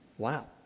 Wow